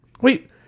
Wait